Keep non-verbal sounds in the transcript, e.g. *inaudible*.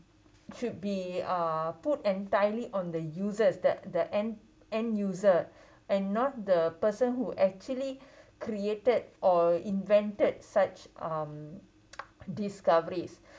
should be uh put entirely on the users the the end end user and not the person who actually created or invented such um *noise* discoveries